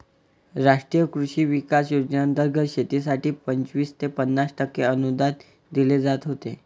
राष्ट्रीय कृषी विकास योजनेंतर्गत शेतीसाठी पंचवीस ते पन्नास टक्के अनुदान दिले जात होते